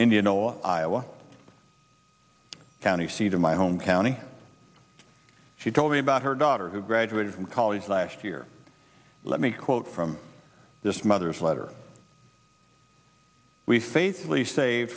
indianola iowa county seat of my home county she told me about her daughter who graduated from college last year let me quote from this mother's letter we faithfully sa